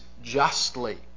justly